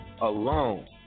alone